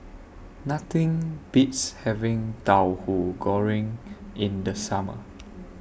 Nothing Beats having Tauhu Goreng in The Summer